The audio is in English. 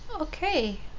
Okay